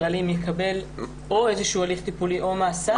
אלים יקבל איזה הליך טיפולי או מאסר.